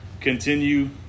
continue